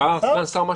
שר, סגן שר.